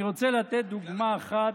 אני רוצה לתת דוגמה אחת